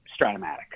stratomatic